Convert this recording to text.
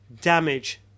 damage